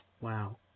wow